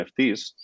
NFTs